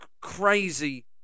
crazy